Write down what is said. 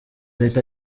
leta